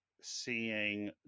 seeing